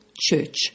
church